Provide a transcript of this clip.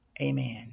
Amen